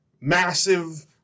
massive